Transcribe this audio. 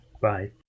Bye